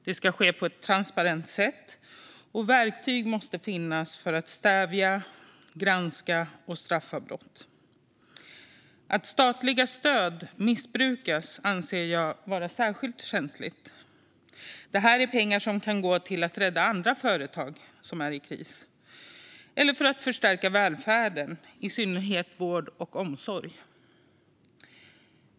Det ska ske på ett transparent sätt, och verktyg måste finnas för att granska och för att stävja och bestraffa brott. Att statliga stöd missbrukas anser jag är särskilt känsligt. Detta är pengar som kan gå till att rädda andra företag som är i kris eller till att förstärka välfärden, i synnerhet vård och omsorg.